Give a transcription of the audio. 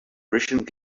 briseadh